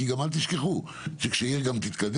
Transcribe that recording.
כי גם אל תשכחו שכשעיר גם תתקדם,